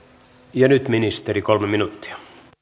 ja nyt ministeri kolme minuuttia